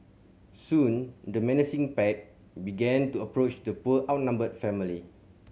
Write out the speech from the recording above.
soon the menacing pack began to approach the poor outnumbered family